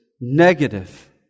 negative